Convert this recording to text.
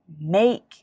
make